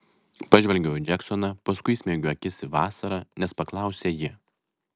pažvelgiau į džeksoną paskui įsmeigiau akis į vasarą nes paklausė ji